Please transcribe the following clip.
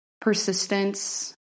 persistence